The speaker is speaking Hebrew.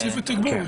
שיוסיפו תגבור,